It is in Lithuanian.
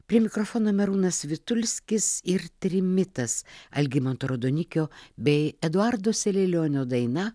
prie mikrofono merūnas vitulskis ir trimitas algimanto raudonikio bei eduardo selelionio daina